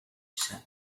said